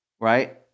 right